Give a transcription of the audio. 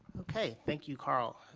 okay. thank you, carl.